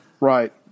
Right